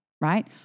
right